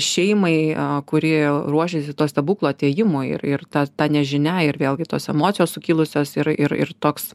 šeimai kuri ruošėsi to stebuklo atėjimui ir ir ta ta nežinia ir vėlgi tos emocijos sukilusios ir ir ir toks